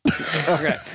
Okay